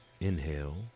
inhale